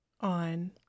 on